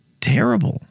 terrible